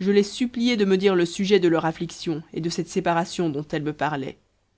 je les suppliai de me dire le sujet de leur affliction et de cette séparation dont elles me parlaient